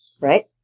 Right